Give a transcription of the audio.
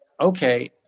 okay